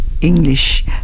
english